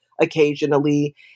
occasionally